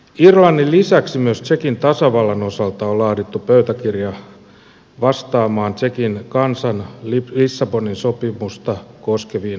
irlannin lisäksi myös tsekin tasavallan osalta on laadittu pöytäkirja vastaamaan tsekin kansan lissabonin sopimusta koskeviin huolenaiheisiin